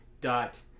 dot